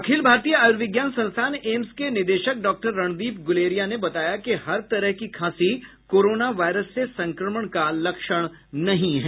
अखिल भारतीय आयूर्विज्ञान संस्थान एम्स के निदेशक डॉ रणदीप गूलेरिया ने बताया कि हर तरह की खांसी कोरोना वायरस से संक्रमण का लक्षण नहीं है